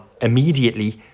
immediately